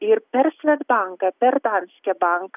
ir per svedbanką per danske bank